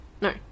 no